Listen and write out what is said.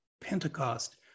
Pentecost